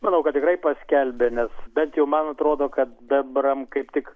manau kad tikrai paskelbė nes bent jau man atrodo kad bebram kaip tik